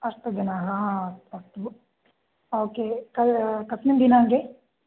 अष्टजनाः अस्तु okay कस्मिन् दिनाङ्के